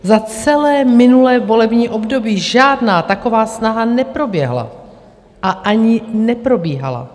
Za celé minulé volební období žádná taková snaha neproběhla a ani neprobíhala.